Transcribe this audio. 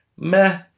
Meh